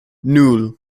nul